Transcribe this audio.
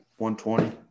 120